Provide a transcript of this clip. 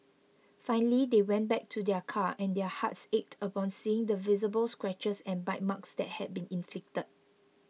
finally they went back to their car and their hearts ached upon seeing the visible scratches and bite marks that had been inflicted